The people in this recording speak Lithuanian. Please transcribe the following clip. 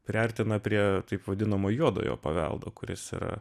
priartina prie taip vadinamo juodojo paveldo kuris yra